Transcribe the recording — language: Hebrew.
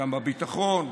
גם בביטחון,